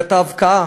הבאת הבקעה,